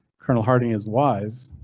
colonel harting is wise.